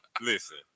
Listen